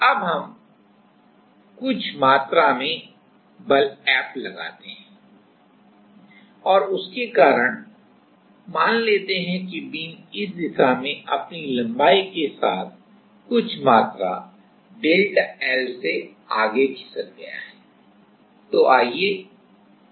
अब हम कुछ मात्रा में बल F लगाते हैं और उसके कारण मान लेते हैं कि बीम इस दिशा में अपनी लंबाई के साथ कुछ मात्रा ΔL से आगे खिसक गया है